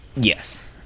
yes